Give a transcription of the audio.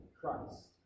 Christ